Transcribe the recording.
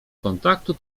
kontaktu